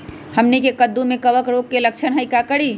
हमनी के कददु में कवक रोग के लक्षण हई का करी?